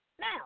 Now